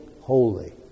holy